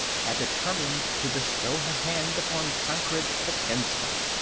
had determined to bestow her hand upon tancred the tenspot.